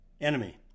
enemy